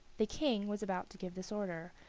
the king was about to give this order,